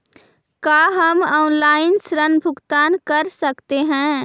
का हम आनलाइन ऋण भुगतान कर सकते हैं?